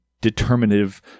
determinative